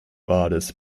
artist